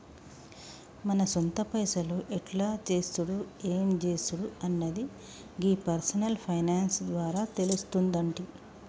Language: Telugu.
మన సొంత పైసలు ఎట్ల చేసుడు ఎం జేసుడు అన్నది గీ పర్సనల్ ఫైనాన్స్ ద్వారా తెలుస్తుందంటి